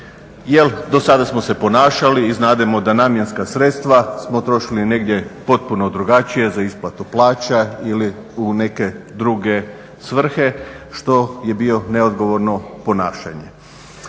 do sada smo se ponašali i znademo da namjenska sredstva smo trošili negdje potpuno drugačije za isplatu plaće ili u neke druge svrhe, što je bilo neodgovorno ponašanje.